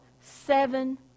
seven